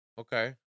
okay